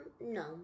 No